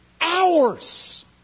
hours